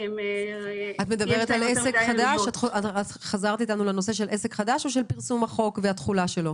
את מדברת על עסק חדש או של פרסום החוק והתחולה שלו